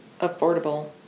affordable